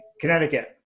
Connecticut